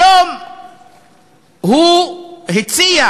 היום הוא הציע